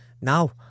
Now